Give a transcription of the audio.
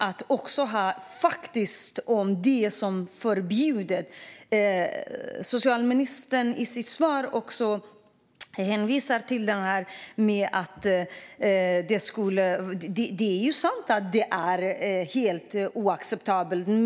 Det är sant, som socialministern säger i sitt svar, att detta är helt oacceptabelt.